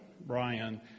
Brian